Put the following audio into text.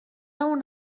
اون